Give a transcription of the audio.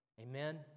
Amen